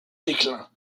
déclin